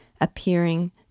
appearing